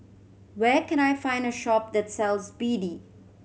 where can I find a shop that sells B D